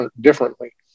differently